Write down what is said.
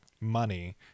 money